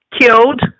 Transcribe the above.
killed